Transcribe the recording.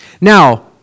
Now